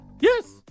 Yes